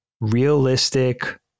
realistic